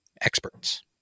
experts